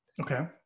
Okay